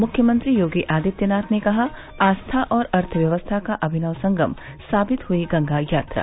मुख्यमंत्री योगी आदित्यनाथ ने कहा आस्था और अर्थव्यवस्था का अभिनव संगम साबित हई गंगा यात्रा